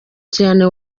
cyane